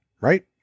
Right